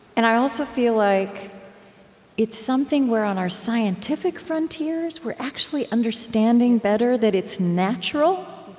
and i also feel like it's something where, on our scientific frontiers, we're actually understanding better that it's natural.